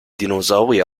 dinosaurier